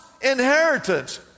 inheritance